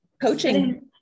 coaching